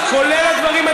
זה לא אומר שזה היה נכון.